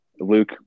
Luke